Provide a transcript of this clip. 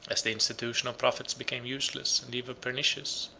as the institution of prophets became useless, and even pernicious,